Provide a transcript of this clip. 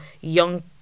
young